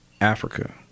Africa